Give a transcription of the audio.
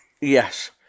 Yes